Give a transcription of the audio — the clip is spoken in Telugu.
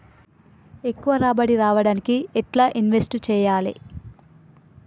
ఎక్కువ రాబడి రావడానికి ఎండ్ల ఇన్వెస్ట్ చేయాలే?